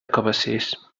cabacés